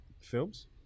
films